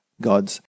gods